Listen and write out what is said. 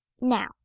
now